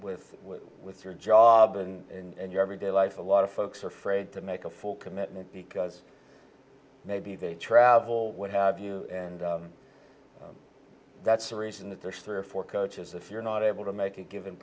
with with your job and your everyday life a lot of folks are frayed to make a full commitment because maybe they travel what have you and that's the reason that there's three or four coaches if you're not able to make a given